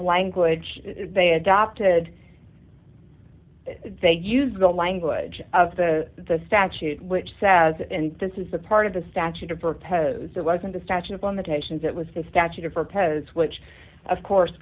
language they adopted they use the language of the the statute which says and this is the part of the statute of there wasn't a statute of limitations that was the statute for pez which of course